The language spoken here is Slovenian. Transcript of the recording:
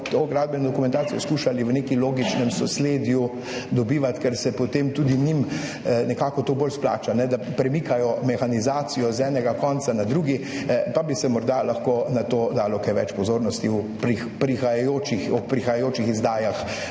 to gradbeno dokumentacijo v nekem logičnem sosledju dobivati, ker se potem tudi njim nekako to bolj splača, da ne premikajo mehanizacije z enega konca na drugega. Morda bi se lahko na to dalo kaj več pozornosti ob prihajajočih izdajah